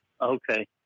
Okay